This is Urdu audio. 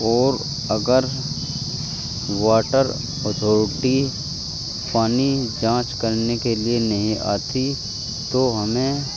اور اگر واٹر اتھورٹی پانی جانچ کرنے کے لیے نہیں آتی تو ہمیں